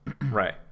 right